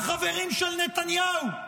החברים של נתניהו.